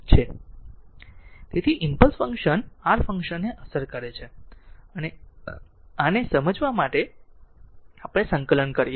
તેથી impulse function r ફંક્શનને અસર કરે છે અને આને સમજાવવા માટે આપણે સંકલન કરીએ